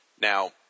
Now